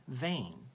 vain